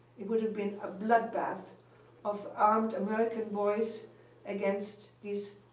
it would've been a bloodbath of armed american boys against these